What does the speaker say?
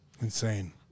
Insane